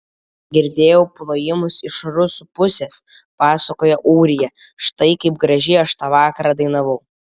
girdėjau plojimus iš rusų pusės pasakojo ūrija štai kaip gražiai aš tą vakarą dainavau